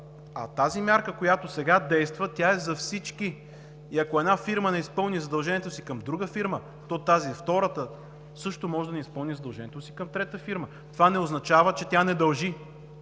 а тази мярка, която сега действа, е за всички и ако една фирма не изпълни задълженията си към друга фирма, то тази, втората, също може да не изпълни задълженията си към трета фирма. Това не означава, че тя не дължи.